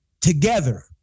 together